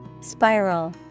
Spiral